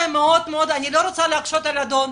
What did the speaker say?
אני לא רוצה להקשות עליו,